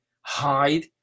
hide